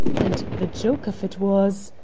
and the joke of it was,